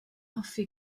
hoffi